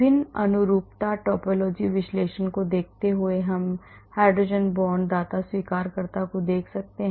विभिन्न अनुरूपता टोपोलॉजी विश्लेषण को देखते हुए हम हाइड्रोजन बांड दाता स्वीकर्ता को देख सकते हैं